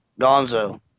Donzo